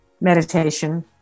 Meditation